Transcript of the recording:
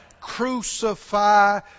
Crucify